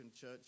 church